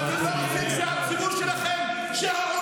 אל-ג'זירה לא יכולה לייצר מצב שלא קיים בשטח.